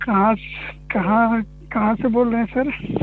कहाँ से कहाँ कहाँ से बोल रहे हैं सर